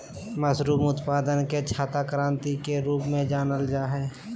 mushroom उत्पादन के छाता क्रान्ति के रूप में जानल जाय हइ